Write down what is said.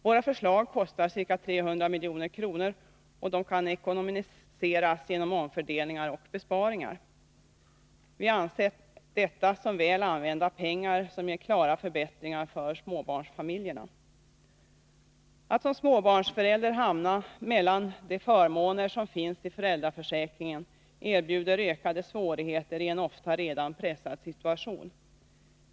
Våra förslag kostar ca 300 milj.kr., och de kan ekonomiseras genom omfördelningar och besparingar. Vi anser detta som väl använda pengar som ger klara förbättringar för småbarnsfamiljerna. Att som småbarnsförälder hamna mellan de förmåner som finns i föräldraförsäkringen erbjuder ökade svårigheter i en ofta redan pressad situation.